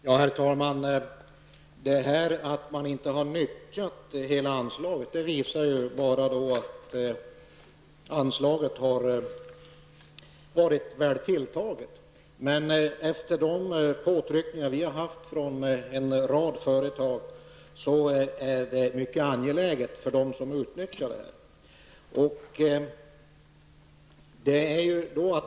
Herr talman! Att man inte har utnyttjat hela anslaget visar att anslaget har varit väl tilltaget. Men de påtryckningar som vi har fått från en rad företag visar att stödet är mycket angeläget för dem som utnyttjar det.